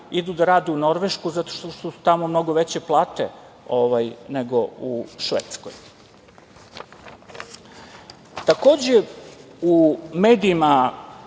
idu da rade u Norvešku zato što su tamo mnogo veće plate, nego u Švedskoj. Takođe, u medijima